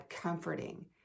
comforting